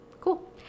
cool